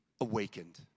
awakened